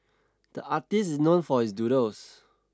the artist is known for his doodles